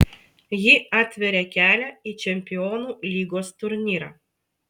ji atveria kelią į čempionų lygos turnyrą